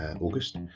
august